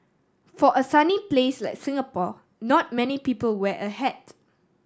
for a sunny place like Singapore not many people wear a hat